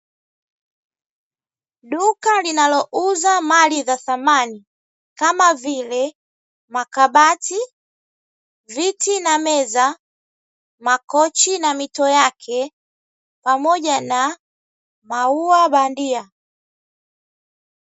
Duka linalouza mali za samani kama vile makabati, viti na meza, makochi na mito yake pamoja na maua bandia.